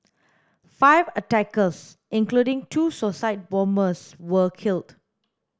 five attackers including two suicide bombers were killed